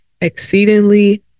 exceedingly